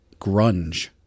Grunge